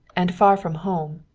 and far from home!